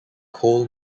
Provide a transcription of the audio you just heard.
coal